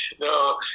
No